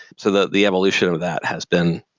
so that the evolution of that has been,